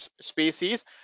species